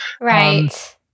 Right